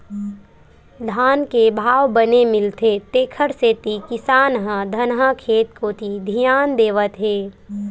धान के भाव बने मिलथे तेखर सेती किसान ह धनहा खेत कोती धियान देवत हे